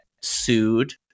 sued